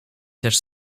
też